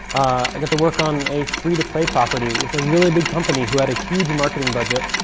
i got to work on a free to play property with a really big company who had a huge marketing budget,